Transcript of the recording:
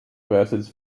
verses